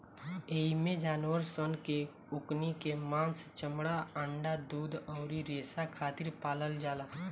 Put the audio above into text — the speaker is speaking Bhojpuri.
एइमे जानवर सन के ओकनी के मांस, चमड़ा, अंडा, दूध अउरी रेसा खातिर पालल जाला